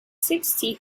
sixty